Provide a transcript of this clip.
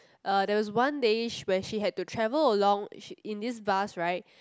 uh there was one day where she had to travel along in this bus right